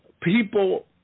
People